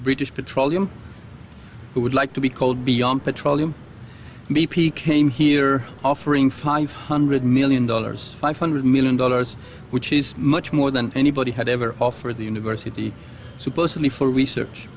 british petroleum who would like to be called beyond petroleum b p came here offering five hundred million dollars five hundred million dollars which is much more than anybody had ever offered the university supposedly for research